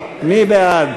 מי בעד?